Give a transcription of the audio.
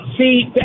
see